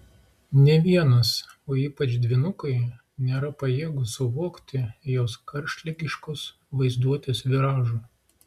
nė vienas o ypač dvynukai nėra pajėgūs suvokti jos karštligiškos vaizduotės viražų